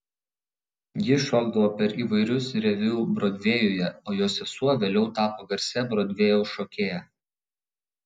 jis šokdavo per įvairius reviu brodvėjuje o jo sesuo vėliau tapo garsia brodvėjaus šokėja